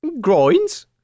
Groins